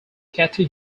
cathy